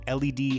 LED